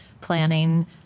planning